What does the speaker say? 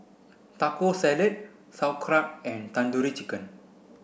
Taco Salad Sauerkraut and Tandoori Chicken